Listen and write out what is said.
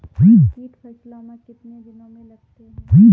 कीट फसलों मे कितने दिनों मे लगते हैं?